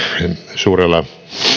suurella